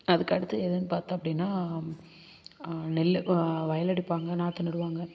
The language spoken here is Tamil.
அதுக்கடுத்து எதுன்னு பார்த்தோம் அப்படின்னா நெல்லு வயல் அடிப்பாங்க நாற்று நடுவாங்க